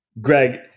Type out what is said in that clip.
Greg